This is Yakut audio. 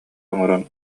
оҥорон